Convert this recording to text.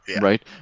Right